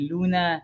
Luna